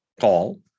call